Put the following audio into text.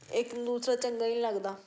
ਇੱਕ ਨੂੰ ਦੂਸਰਾ ਚੰਗਾ ਹੀ ਨਹੀਂ ਲੱਗਦਾ